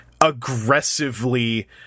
aggressively